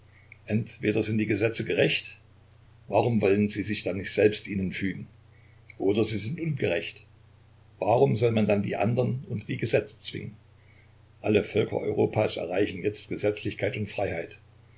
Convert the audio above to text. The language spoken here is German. entweder sind die gesetze gerecht warum wollen sie sich dann nicht selbst ihnen fügen oder sie sind ungerecht warum soll man dann die andern unter die gesetze zwingen alle völker europas erreichen jetzt gesetzlichkeit und freiheit